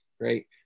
Great